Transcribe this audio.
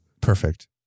Perfect